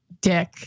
dick